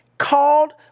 Called